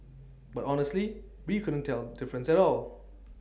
but honestly we couldn't tell difference at all